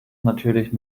natürlich